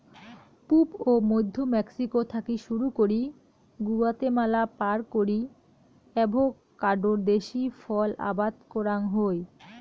পুব ও মইধ্য মেক্সিকো থাকি শুরু করি গুয়াতেমালা পার করি অ্যাভোকাডো দেশী ফল আবাদ করাং হই